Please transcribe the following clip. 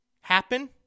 happen